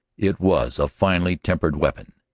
it was a finely tempered weapon.